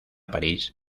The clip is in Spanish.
parís